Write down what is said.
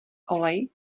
olej